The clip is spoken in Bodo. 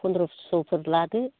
फन्द्रस'फोर लादो